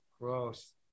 gross